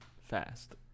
Fast